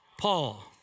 Paul